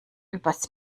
übers